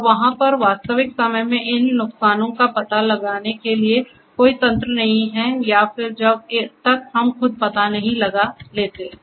और वहाँ पर वास्तविक समय में इन नुकसानों का पता लगाने के लिए कोई तंत्र नहीं है या फिर जब तक हम खुद पता नहीं लगाते हैं